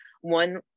one